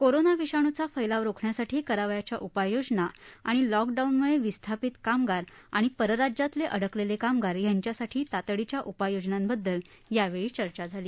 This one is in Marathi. कोरोना विषाणूचा फैलाव रोखण्यासाठी करावयाच्या उपाययोजना आणि लॉकडाऊनमुळे विस्थापित कामगार आणि परराज्यातले अडकलेले कामगार यांच्यासाठी तातडीच्या उपाययोजनांबद्दल यावेळी चर्चा झाली